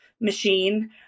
machine